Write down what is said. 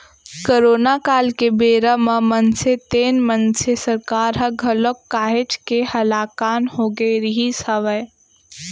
corona काल के बेरा म मनसे तेन मनसे सरकार ह घलौ काहेच के हलाकान होगे रिहिस हवय